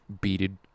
beaded